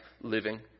living